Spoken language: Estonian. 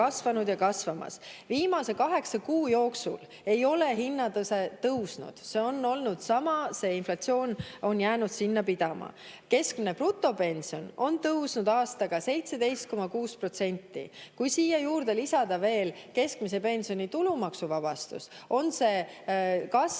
kasvanud ja kasvamas. Viimase kaheksa kuu jooksul ei ole hinnatase tõusnud, see on olnud sama, inflatsioon on jäänud sinna pidama. Keskmine brutopension on tõusnud aastaga 17,6%. Kui siia juurde lisada veel keskmise pensioni tulumaksuvabastus, on kasv